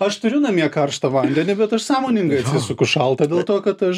aš turiu namie karštą vandenį bet aš sąmoningai suku šaltą dėl to kad aš